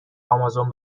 آمازون